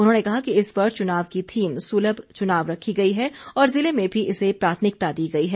उन्होंने कहा कि इस वर्ष चुनाव की थीम सुलभ चुनाव रखी गई है और जिले में भी इसे प्राथमिकता दी गई है